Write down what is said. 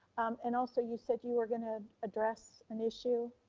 and also you said you were gonna address an issue,